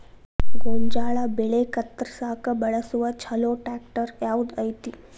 ಗೋಂಜಾಳ ಬೆಳೆ ಕತ್ರಸಾಕ್ ಬಳಸುವ ಛಲೋ ಟ್ರ್ಯಾಕ್ಟರ್ ಯಾವ್ದ್ ಐತಿ?